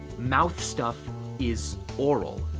mouth stuff is oral.